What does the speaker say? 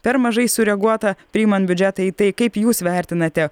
per mažai sureaguota priimant biudžetą į tai kaip jūs vertinate